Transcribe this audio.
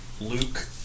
Luke